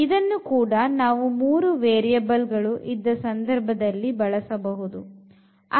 ಇದನ್ನು ಕೂಡ ನಾವು ಮೂರು ವೇರಿಯಬಲ್ ಗಳು ಇದ್ದ ಸಂದರ್ಭ ದಲ್ಲಿ ಬಳಸಬಹುದು